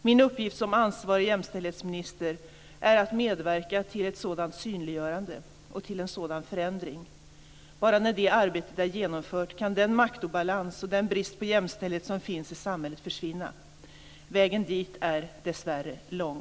Min uppgift som ansvarig jämställdhetsminister är att medverka till ett sådant synliggörande och till en sådan förändring. Bara när det arbetet är genomfört kan den maktobalans och den brist på jämställdhet som finns i samhället försvinna. Vägen dit är dessvärre lång.